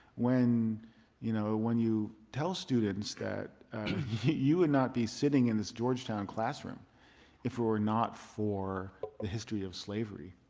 when you know when you tell students that you would not be sitting in this georgetown classroom if it were not for the history of slavery,